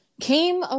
Came